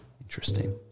Interesting